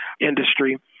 industry